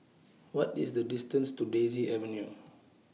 What IS The distance to Daisy Avenue